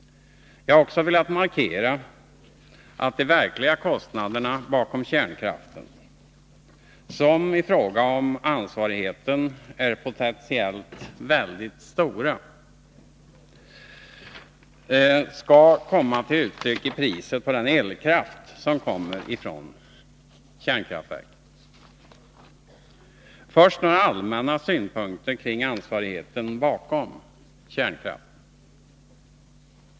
Jag har också velat markera att de verkliga kostnaderna bakom kärnkraften, som i fråga om ansvarigheten är potentionellt väldigt stora, skall komma till uttryck i priset på den elkraft som kommer från kärnkraftverken. Jag vill först ge några allmänna synpunkter kring ansvarigheten bakom kärnkraften.